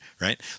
right